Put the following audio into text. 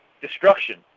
destruction